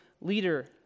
leader